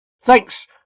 Thanks